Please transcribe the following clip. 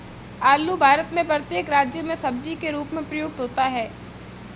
आलू भारत में प्रत्येक राज्य में सब्जी के रूप में प्रयुक्त होता है